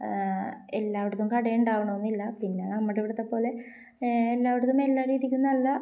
എല്ലായിടത്തും കടയുണ്ടാകണമെന്നില്ല പിന്നെ നമ്മുടെ ഇവിടുത്തെ പോലെ എല്ലായിടത്തും എല്ലാ രീതിക്കും നല്ല